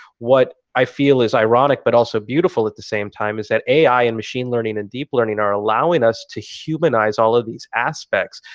what i feel is ironic, but also beautiful at the same time, is that a i. and machine learning and deep learning are allowing us to humanize all of these aspects,